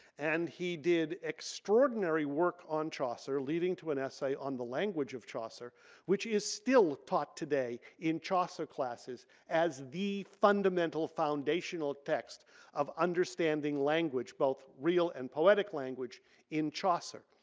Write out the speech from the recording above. and he did extraordinary work on chaucer leading to an essay on the language of chaucer which is still taught today in chaucer classes as the fundamental foundational text of understanding language both real and poetic language in chaucer.